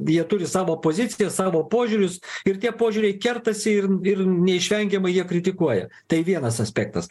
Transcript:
jie turi savo poziciją savo požiūrius ir tie požiūriai kertasi ir ir neišvengiamai jie kritikuoja tai vienas aspektas